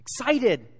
Excited